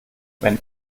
wenn